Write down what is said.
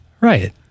Right